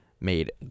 made